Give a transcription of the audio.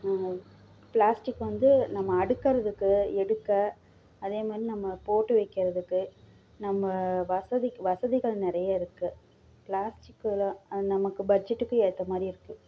plastic வந்து நம்ம அடுக்குறதுக்கு எடுக்க அதே மாதிரி நம்ம போட்டு வைக்கறதுக்கு நம்ம வசதிக்கு வசதிகள் நிறைய இருக்குது பிளாஸ்டிக்கில் நமக்கு பட்ஜெட்டுக்கு ஏற்ற மாதிரியும் இருக்குது